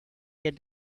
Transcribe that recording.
get